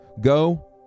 go